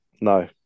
No